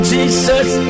Jesus